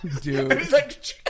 dude